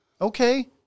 Okay